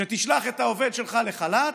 שתשלח את העובד שלך לחל"ת,